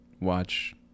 watch